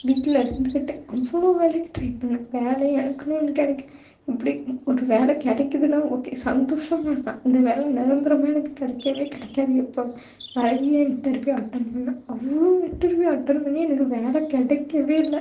வீட்டில் இருந்துகிட்டு அவ்வளோவு வேலைக்கு ட்ரை பண்ணேன் வேலை எனக்கு ஒன்று கிடைக்கணும் இப்படி ஒரு வேலை கெடைக்கிதுனா ஓகே சந்தோஷமா இருப்பேன் அந்த வேலை நிரந்தரமாக எனக்கு கிடைக்கவே கிடைக்காது எப்போதும் நிறையா இண்டெர்வியூ அட்டெண்ட் பண்ணேன் அவ்வளோவு இண்டெர்வியூ அட்டெண்ட் பண்ணி எனக்கு வேலை கிடைக்கவே இல்லை